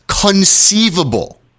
conceivable